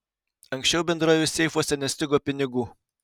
anksčiau bendrovės seifuose nestigo pinigų